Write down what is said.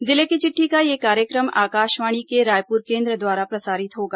जिले की चिट्ठी का यह कार्यक्रम आकाशवाणी के रायपुर केंद्र द्वारा प्रसारित होगा